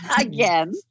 again